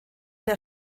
der